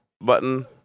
button